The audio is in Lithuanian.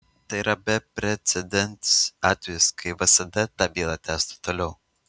tai yra beprecedentis atvejis kad vsd tą bylą tęstų toliau